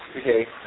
okay